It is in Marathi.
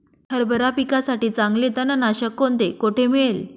हरभरा पिकासाठी चांगले तणनाशक कोणते, कोठे मिळेल?